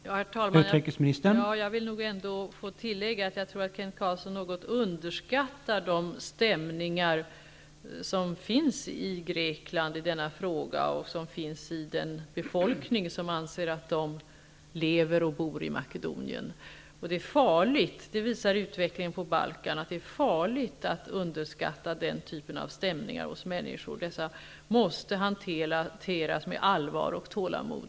Herr talman! Jag vill nog ändå tillägga att jag tror att Kent Carlsson något underskattar de stämningar som finns i Grekland i denna fråga och som finns hos den befolkning som anser att de lever och bor i Makedonien. Utvecklingen på Balkan visar att det är farligt att underskatta den typen av stämningar hos människor. Dessa stämningar måste hanteras med allvar och tålamod.